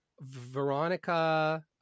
veronica